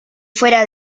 fuera